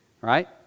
right